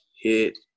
hit